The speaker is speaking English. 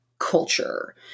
Culture